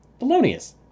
Balonius